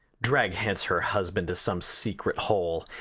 drag hence her husband to some secret hole,